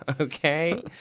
okay